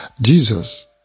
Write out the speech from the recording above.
Jesus